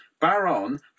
Baron